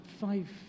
five